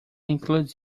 includes